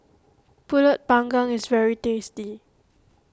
Pulut Panggang is very tasty